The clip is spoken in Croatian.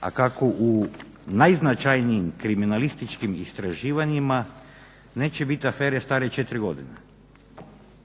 a kako u najznačajnijim kriminalističkim istraživanjima neće biti afere stare 4 godine.